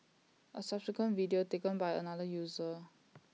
A subsequent video taken by another user